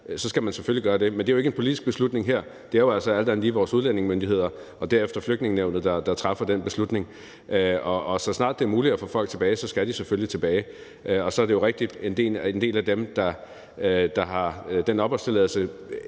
så skal man selvfølgelig gøre det, men det er jo ikke en politisk beslutning her. Det er jo altså alt andet lige vores udlændingemyndigheder og derefter Flygtningenævnet, der træffer den beslutning. Og så snart det er muligt at få folk tilbage, skal de selvfølgelig tilbage. Og så er det jo rigtigt, at en del af dem, der har den opholdstilladelse,